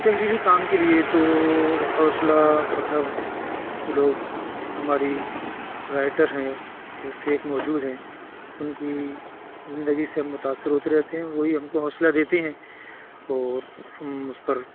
تحریری کام کے لے تو حوصلہ مطلب لوگ ہماری رائٹر ہیں ایک سے ایک موجود ہیں ان کی زندگی سے متاثر اترے تھے وہی ہم کو حوصلہ دیتے ہیں اور ہم اس پر